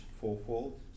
fourfold